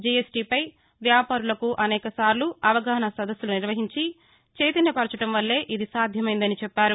జీఎస్టీపై వ్యాపారులకు అనేక సార్లు అవగాహన సదస్సులు నిర్వహించి చైతన్యపర్చడం వల్లే ఇది సాధ్యమైందని చెప్పారు